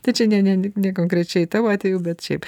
tai čia ne ne ne konkrečiai tavo atveju bet šiaip